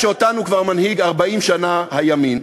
הבעיה היא שאותנו כבר מנהיג 40 שנה הימין.